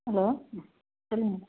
hello ஆ சொல்லுங்கள்